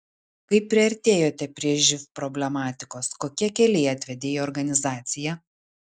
kaip priartėjote prie živ problematikos kokie keliai atvedė į organizaciją